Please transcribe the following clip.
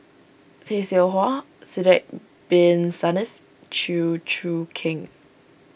Tay Seow Huah Sidek Bin Saniff Chew Choo Keng